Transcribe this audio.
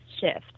shift